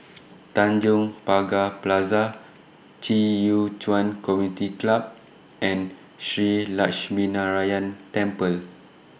Tanjong Pagar Plaza Ci Community Club and Shree Lakshminarayanan Temple